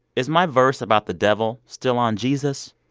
is my verse about the devil still on jesus?